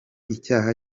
icyaha